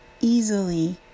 easily